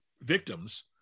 victims